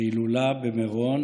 ההילולה במירון,